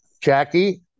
Jackie